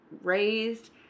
raised